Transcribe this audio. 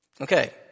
Okay